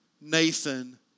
Nathan